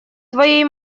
твоей